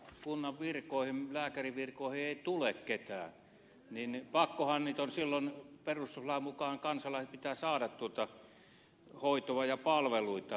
jos kunnan lääkärinvirkoihin ei tule ketään niin pakkohan niitä vuokralääkäreitä on silloin käyttää perustuslain mukaan kansalaisten pitää saada hoitoa ja palveluita